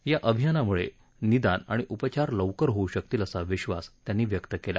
या अभियानामुळे निदान आणि उपचार लवकर होऊ शकतील असा विधास त्यांनी व्यक्त केला